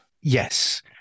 Yes